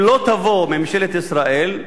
אם לא תבוא ממשלת ישראל,